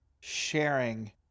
sharing